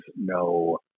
no